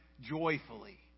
joyfully